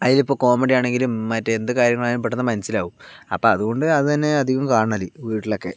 അതിലിപ്പോൾ കോമഡി ആണെങ്കിലും മറ്റെന്ത് കാര്യമാണെങ്കിലും പെട്ടെന്ന് മനസ്സിലാവും അപ്പോൾ അതുകൊണ്ട് അത് തന്നെ അധികവും കാണല് വീട്ടിലൊക്കെ